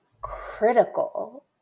critical